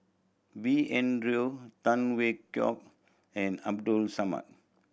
B N Rao Tan Hwee Hock and Abdul Samad